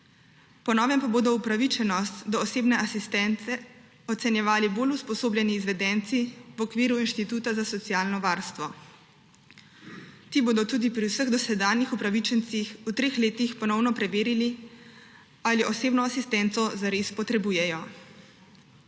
Po novem pa bodo upravičenost do osebne asistence ocenjevali bolj usposobljeni izvedenci v okviru Inštituta za socialno varstvo. Ti bodo tudi pri vseh dosedanjih upravičencih v treh letih ponovno preverili, ali osebno asistenco zares potrebujejo.